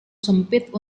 sempit